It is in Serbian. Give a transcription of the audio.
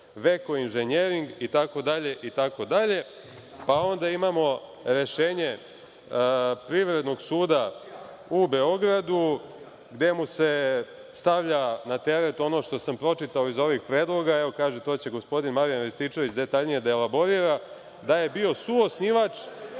„Veko inženjering“ itd, itd. Imamo rešenje Privrednog suda u Beogradu gde mu se stavlja na teret ono što sam pročitao iz ovih predloga, ali to će gospodin Marijan Rističević detaljno da elaborira, da je bio suosnivač